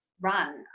run